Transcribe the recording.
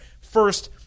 first